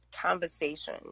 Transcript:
conversation